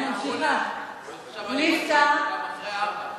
אחרי ארבע.